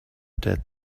dead